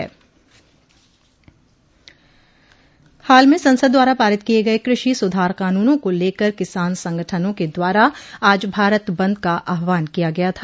हाल में संसद द्वारा पारित किये गये कृषि सुधार कानूनों को लेकर किसान संगठनों के द्वारा आज भारत बंद का आहवान किया गया था